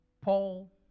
Paul